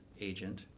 agent